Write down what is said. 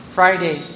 Friday